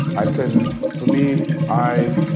i ten for me i,